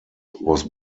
was